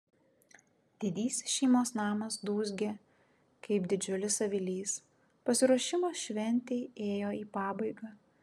didysis šeimos namas dūzgė kaip didžiulis avilys pasiruošimas šventei ėjo į pabaigą